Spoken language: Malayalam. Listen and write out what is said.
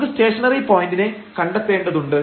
നമുക്ക് സ്റ്റേഷനറി പോയന്റിനെ കണ്ടെത്തേണ്ടതുണ്ട്